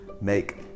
make